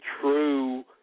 true